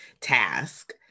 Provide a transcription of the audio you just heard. task